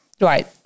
right